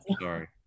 sorry